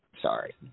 Sorry